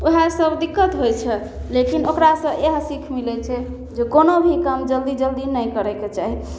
ओहेसब दिक्कत होइ छै लेकिन ओकरासँ इएह सीख मिलै छै जे कोनो भी काम जल्दी जल्दी नहि करैके चाही